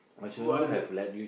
why is that